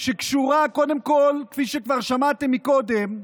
שקשורה קודם כול, כפי ששמעתם כבר קודם,